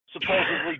supposedly